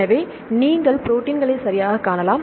எனவே நீங்கள் ப்ரோடீன்களை சரியாகக் காணலாம்